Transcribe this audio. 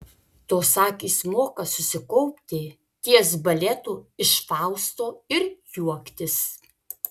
tos akys moka susikaupti ties baletu iš fausto ir juoktis